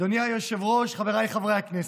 אדוני היושב-ראש, חבריי חברי הכנסת,